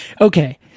Okay